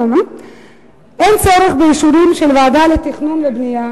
אין צורך באישורים של הוועדה לתכנון ובנייה,